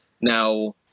Now